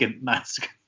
mask